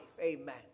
amen